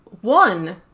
One